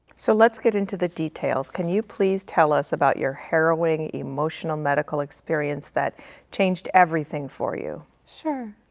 so let's get into the details. can you please tell us about your harrowing, emotional medical experience that changed everything for you? sure.